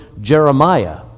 Jeremiah